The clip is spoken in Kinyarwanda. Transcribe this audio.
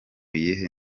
yihe